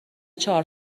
چهار